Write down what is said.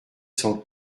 cent